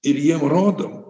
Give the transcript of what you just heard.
ir jiem rodom